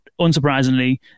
unsurprisingly